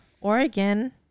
Oregon